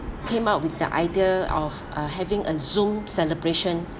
came up with the idea of uh having a zoom celebration